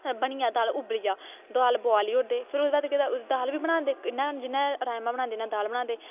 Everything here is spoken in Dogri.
बनिया दाल उबलिया दाल बुआली औड़दे फिर उ'दे बाद केह् औंदा कि दाल बी बनांदे जि'यां राजमाह् बनांदे